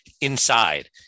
inside